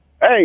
hey